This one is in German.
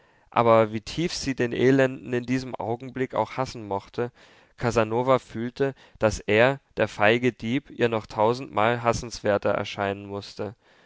aber wie tief sie den elenden in diesem augenblick auch hassen mochte casanova fühlte daß er der feige dieb ihr noch tausendmal hassenswerter erscheinen mußte